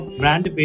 brand